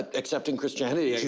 ah accepting christianity. yeah